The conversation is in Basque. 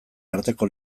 arteko